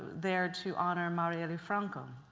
there to honor, marielle franco,